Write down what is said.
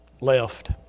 left